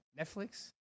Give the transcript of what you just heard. Netflix